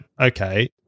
okay